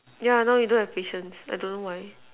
yeah now you do have patience I don't know why